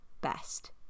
best